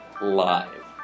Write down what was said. live